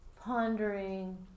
pondering